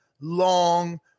long